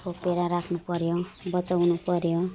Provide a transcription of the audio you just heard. छोपेर राख्नु पर्यो बचाउनु पर्यो